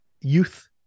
youth